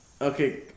Okay